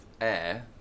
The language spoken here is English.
air